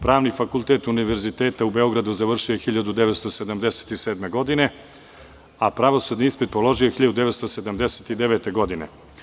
Pravni fakultet Univerziteta u Beogradu završio je 1977. godine, a pravosudni ispit položio je 1979. godine.